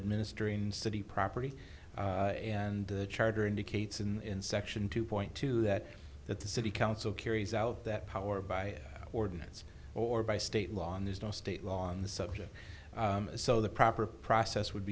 administering city property and charter indicates in section two point two that that the city council carries out that power by ordinance or by state law and there's no state law on the subject so the proper process would